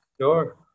Sure